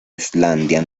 islandia